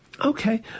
Okay